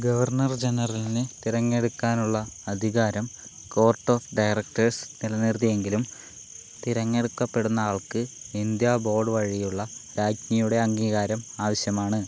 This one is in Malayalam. ഗവർണർ ജനറലിനെ തിരഞ്ഞെടുക്കാനുള്ള അധികാരം കോർട്ട് ഓഫ് ഡയറക്ടേഴ്സ് നിലനിർത്തിയെങ്കിലും തിരഞ്ഞെടുക്കപ്പെടുന്ന ആൾക്ക് ഇന്ത്യാ ബോർഡ് വഴിയുള്ള രാജ്ഞിയുടെ അംഗീകാരം ആവശ്യമാണ്